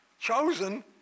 chosen